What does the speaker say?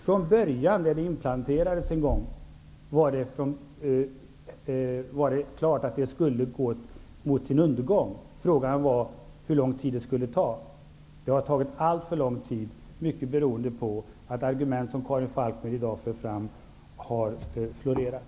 Från början när systemet en gång inplanterades stod det klart att det skulle gå mot sin undergång. Frågan var hur lång tid det skulle ta. Det har tagit alltför lång tid, mycket beroende på att sådana argument som Karin Falkmer i dag för fram har florerat.